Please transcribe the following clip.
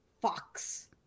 fox